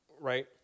right